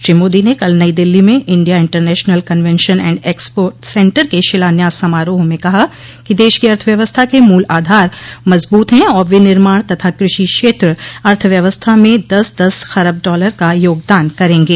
श्री मोदी ने कल नई दिल्ली में India International Convention and Expo Centre के शिलान्यास समारोह में कहा कि देश की अर्थव्यवस्था के मूल आधार मजबूत हैं और विनिर्माण तथा कृषि क्षेत्र अर्थव्यवस्था में दस दस खरब डॉलर का योगदान करेंगे